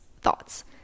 thoughts